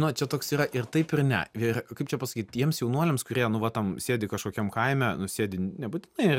na čia toks yra ir taip ir ne ir kaip čia pasakyt tiems jaunuoliams kurie nu va tam sėdi kažkokiam kaime nu sėdi nebūtinai